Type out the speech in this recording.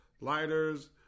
lighters